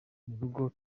murugo